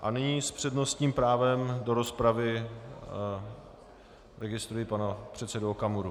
A nyní s přednostním právem do rozpravy registruji pana předsedu Okamuru.